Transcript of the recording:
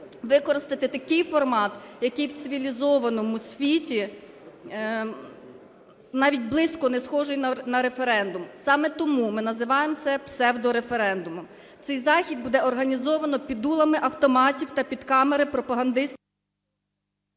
використати такий формат, який в цивілізованому світі навіть близько не схожий на референдум, саме тому ми називаємо це псевдореферендумом. Цей захід буде організовано під дулами автоматів та під камери… ГОЛОВУЮЧИЙ.